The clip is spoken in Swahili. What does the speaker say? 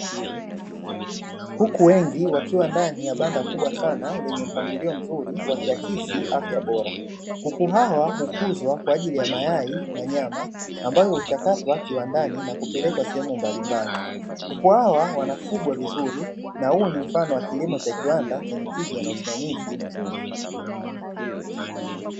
Kuku wengi wakiwa ndani ya banda kubwa sana lenye mpangilio mzuri wakiakisi afya bora, kuku hawa hukuzwa kwa ajili ya mayai na nyama ambayo uchakatwa kiwandani na kupelekwa sehemu mbalimbali. Kuku hawa wanafugwa vizuri na huu ni mfano wa kilimo cha kiwanda chenye tija na usimamizi mzuri.